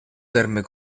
terme